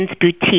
Boutique